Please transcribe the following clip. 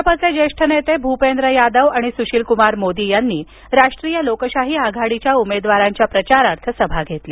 भाजपचे ज्येष्ठ नेते भूपेंद्र यादव आणि सुशीलकुमार मोदी यांनी राष्ट्रीय लोकशाही आघाडीच्या उमेदवारांच्या प्रचारार्थ सभा घेतल्या